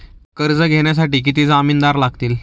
कर्ज घेण्यासाठी किती जामिनदार लागतील?